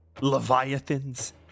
Leviathans